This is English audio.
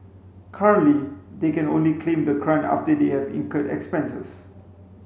currently they can only claim the grant after they have incurred expenses